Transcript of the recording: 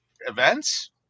events